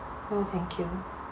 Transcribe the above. no thank you